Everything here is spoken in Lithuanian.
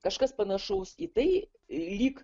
kažkas panašaus į tai lyg